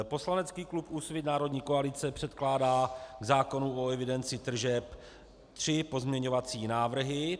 Poslanecký klub Úsvit národní koalice předkládá k zákonu o evidenci tržeb tři pozměňovací návrhy.